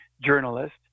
journalist